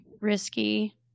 risky